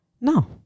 no